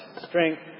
strength